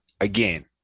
again